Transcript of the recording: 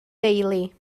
deulu